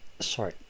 sorry